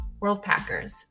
Worldpackers